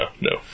no